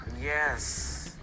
Yes